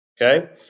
okay